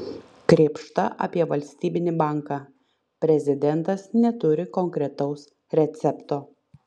krėpšta apie valstybinį banką prezidentas neturi konkretaus recepto